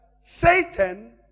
Satan